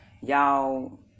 y'all